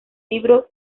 libro